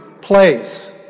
place